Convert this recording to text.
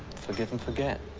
forgive and forget.